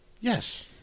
yes